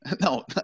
no